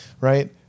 right